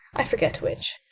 i forget which.